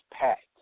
packed